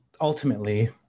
ultimately